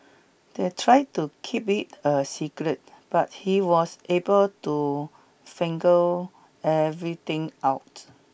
they tried to keep it a secret but he was able to figure everything out